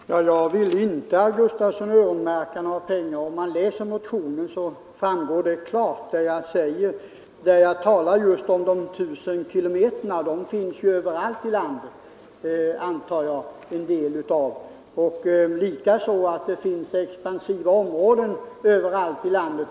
Fru talman! Jag vill inte öronmärka några pengar — om man läser motionen framgår det klart. Jag talar där om 1 000 kilometer av vägnätet som består av grusvägar, och delar av sådana vägar finns överallt i landet, antar jag. Likaså är det troligt att det finns expansiva områden överallt i landet.